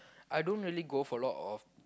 I don't really go for a lot of